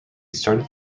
started